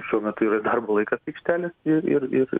šiuo metu yra darbo laikas aikštelės ir ir ir